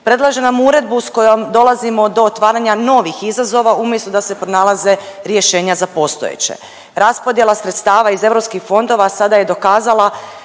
predlaže nam uredbu s kojom dolazimo do otvaranja novih izazova umjesto da se pronalaze rješenja za postojeće. Raspodjela sredstava iz europskih fondova sada je dokazala